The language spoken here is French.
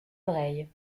oreilles